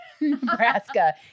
Nebraska